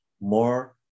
more